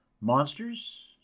monsters